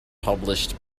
published